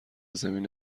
زمین